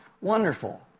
wonderful